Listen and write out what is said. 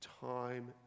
time